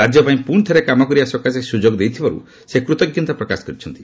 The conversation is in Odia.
ରାଜ୍ୟପାଇଁ ପ୍ରଶି ଥରେ କାମ କରିବା ସକାଶେ ସ୍ୱଯୋଗ ଦେଇଥିବାର୍ ସେ କୃତଜ୍ଞତା ପ୍ରକାଶ କରିଛନ୍ତି